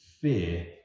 fear